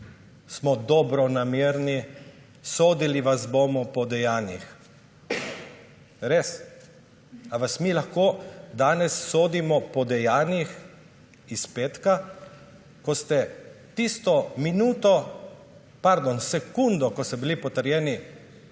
smo dobronamerni, sodili vas bomo po dejanjih. Res? Ali vas mi lahko danes sodimo po dejanjih iz petka, ko ste tisto minuto, pardon, sekundo, ko so bili potrjeni